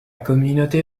communauté